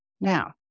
Now